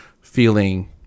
feeling